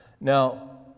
Now